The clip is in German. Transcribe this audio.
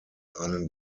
einen